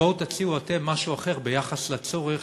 בואו תציעו אתם משהו אחר ביחס לצורך